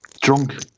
drunk